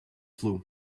flu